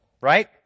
Right